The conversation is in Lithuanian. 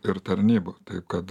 ir tarnybų taip kad